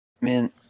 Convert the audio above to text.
Man